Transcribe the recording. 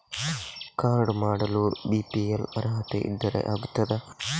Card ಮಾಡಲು BPL ಅರ್ಹತೆ ಇದ್ದರೆ ಆಗುತ್ತದ?